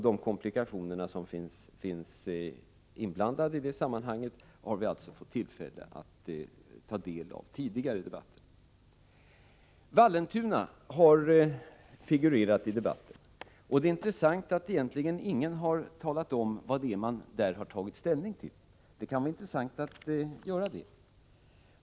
De komplikationer som finns inblandade i detta sammanhang har vi alltså fått tillfälle att ta del av tidigare i debatten. Vallentuna har figurerat i debatten. Det är intressant att ingen har talat om vad det egentligen är man där har tagit ställning till. Det kan därför vara av intresse att beröra detta.